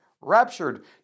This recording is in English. raptured